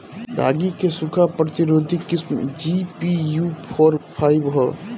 रागी क सूखा प्रतिरोधी किस्म जी.पी.यू फोर फाइव ह?